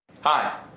Hi